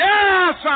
Yes